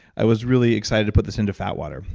i was really excited to put this into fatwater,